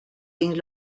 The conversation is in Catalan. dins